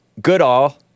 Goodall